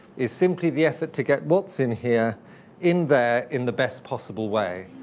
is simply the effort to get what's in here in there in the best possible way.